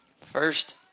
First